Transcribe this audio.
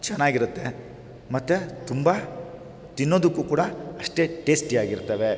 ಚೆನ್ನಾಗಿರುತ್ತೆ ಮತ್ತು ತುಂಬ ತಿನ್ನೋದಕ್ಕೂ ಕೂಡ ಅಷ್ಟೇ ಟೇಸ್ಟಿಯಾಗಿರ್ತವೆ